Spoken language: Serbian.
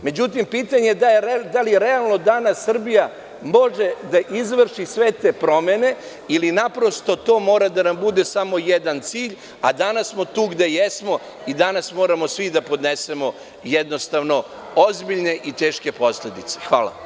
Međutim, pitanje je da li realno danas Srbija može da izvrši sve te promene ili to mora da nam bude samo jedan cilj, a danas smo tu gde jesmo i danas moramo svi da podnesemo ozbiljne i teške posledice.